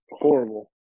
horrible